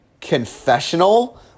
Confessional